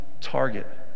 target